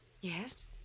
Yes